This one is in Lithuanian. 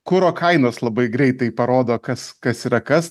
kuro kainos labai greitai parodo kas kas yra kas